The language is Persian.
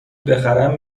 بخرم